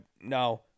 no